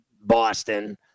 Boston